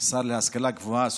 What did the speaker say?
השר להשכלה גבוהה,